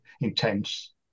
intense